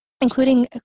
including